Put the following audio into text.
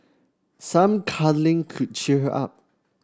some cuddling could cheer her up